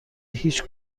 هیچ